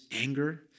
anger